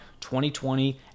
2020